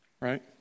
right